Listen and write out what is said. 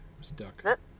stuck